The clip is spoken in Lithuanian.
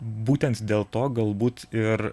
būtent dėl to galbūt ir